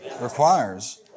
requires